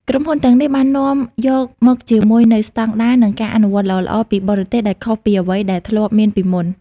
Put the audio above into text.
ក្រុមហ៊ុនទាំងនេះបាននាំយកមកជាមួយនូវស្តង់ដារ និងការអនុវត្តល្អៗពីបរទេស ដែលខុសពីអ្វីដែលធ្លាប់មានពីមុន។